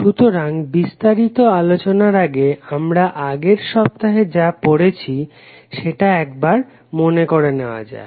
সুতরাং বিস্তারিত আলোচনার আগে আমরা আগের সপ্তাহে যা পড়েছি সেটা একবার মনে করে নেওয়া যাক